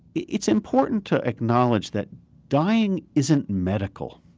it's important to acknowledge that dying isn't medical.